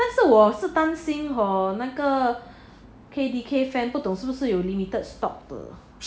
但是我是担心 hor 那个 K_D_K fan 不懂是不是有 limited stock 的